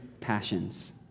passions